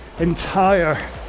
entire